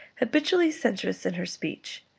habitually censorious in her speech.